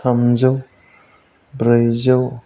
थामजौ ब्रैजौ